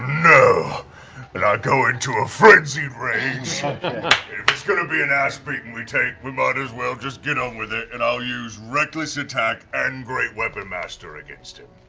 no! and i go into a frenzied rage. if it's gonna be an an ass-beating we take, we might as well just get on with it. and i'll use reckless attack and great weapon master against him.